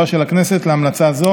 נתקבלה.